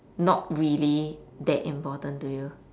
not really that important to you